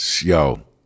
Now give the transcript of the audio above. Yo